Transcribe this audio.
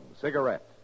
cigarette